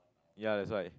ya that's why